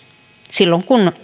silloin kun